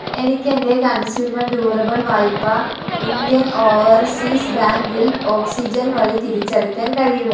എനിക്ക് എൻ്റെ consumer durable വായ്പ ഇന്ത്യൻ ഓവർസീസ് ബാങ്കിൽ ഓക്സിജൻ വഴി തിരിച്ചടയ്ക്കാൻ കഴിയുമോ